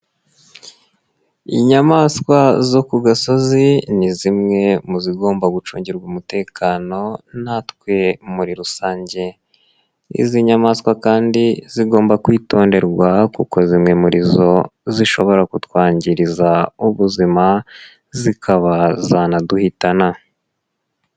Inyamaswa zo ku gasozi, ni zimwe mu zigomba gucungirwa umutekano natwe muri rusange. Izi nyamaswa kandi zigomba kwitonderwa kuko zimwe muri zo zishobora kutwangiriza ubuzima, zikaba zanaduhitana.